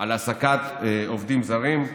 על העסקת עובדים זרים.